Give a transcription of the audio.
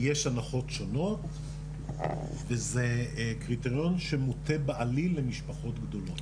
כי יש הנחות שונות וזה קריטריון שמוטה בעליל למשפחות גדולות.